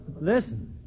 Listen